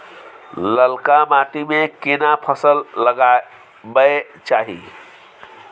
ललका माटी में केना फसल लगाबै चाही?